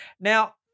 Now